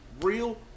Real